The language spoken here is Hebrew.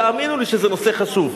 תאמינו לי שזה נושא חשוב,